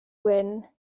wyn